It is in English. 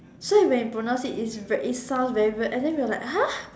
so when he pronounced it it's very it sounds very weird and then we were like !huh! what